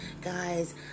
Guys